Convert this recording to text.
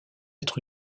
être